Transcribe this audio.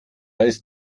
ist